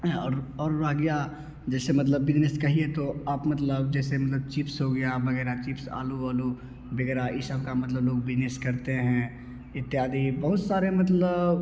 और और रह गिया जैसे मतलब बिजनेस कहिए तो आप मतलब जैसे मतलब चीप्स हो गया वगैरह चीप्स आलू वालू वगैरह इ सबका मतलब लोग बिजनेस करते हैं इत्यादि बहुत सारे मतलब